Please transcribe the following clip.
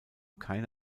keine